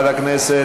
שלישית.